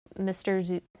Mr